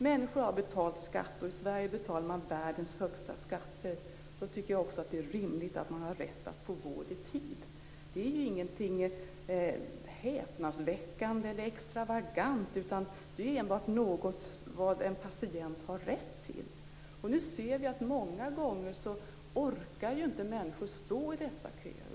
Människor har betalat skatt, och i Sverige betalar man världens högsta skatter. Det är då också rimligt att man har rätt att få vård i tid. Det är ingenting häpnadsväckande eller extravagant, utan det är enbart vad en patient har rätt till. Vi ser nu att människor många gånger inte orkar stå i dessa köer.